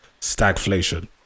stagflation